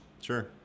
Sure